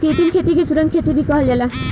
कृत्रिम खेती के सुरंग खेती भी कहल जाला